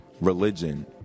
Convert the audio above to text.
religion